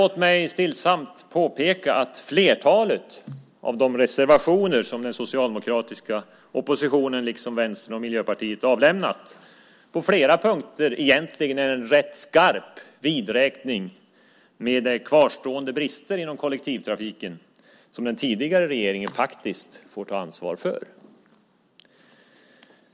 Låt mig stillsamt påpeka att flertalet av de reservationer som den socialdemokratiska oppositionen liksom Vänstern och Miljöpartiet har avlämnat på flera punkter egentligen är en rätt skarp vidräkning med de kvarstående brister inom kollektivtrafiken som den tidigare regeringen faktiskt får ta ansvar för.